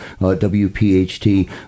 WPHT